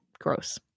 gross